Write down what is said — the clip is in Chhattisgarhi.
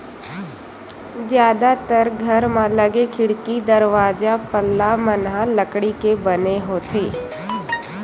जादातर घर म लगे खिड़की, दरवाजा, पल्ला मन ह लकड़ी के बने होथे